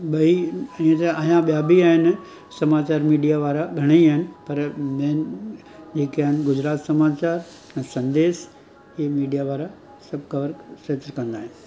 भई इअं त अञां ॿिया बि आहिनि समाचारु मीडिया वारा घणेई आहिनि पर मेन जेके आहिनि गुजरात समाचार ऐं संदेश इहो मीडिया वारा सभु कवर सज कंदा आहिनि